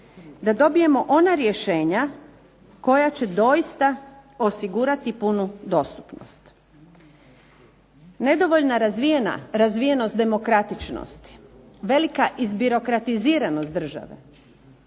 da dobijemo ona rješenja koja će doista osigurati punu dostupnost. Nedovoljna razvijenost demokratičnosti, velika izbirokratiziranost države